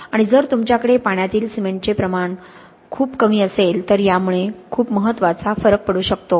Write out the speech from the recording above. आणि जर तुमच्याकडे पाण्यातील सिमेंटचे प्रमाण खूप कमी असेल तर यामुळे खूप महत्त्वाचा फरक पडू शकतो